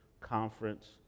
conference